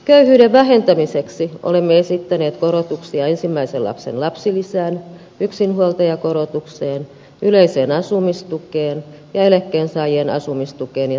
köyhyyden vähentämiseksi olemme esittäneet korotuksia ensimmäisen lapsen lapsilisään yksinhuoltajakorotukseen yleiseen asumistukeen ja eläkkeensaajien asumistukeen ja työttömyyspäivärahoihin